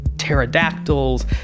pterodactyls